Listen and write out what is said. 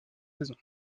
saison